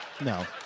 No